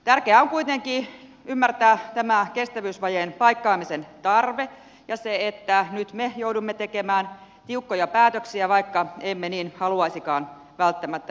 tärkeää on kuitenkin ymmärtää tämä kestävyysvajeen paikkaamisen tarve ja se että nyt me joudumme tekemään tiukkoja päätöksiä vaikka emme niin haluaisikaan välttämättä tehdä